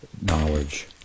knowledge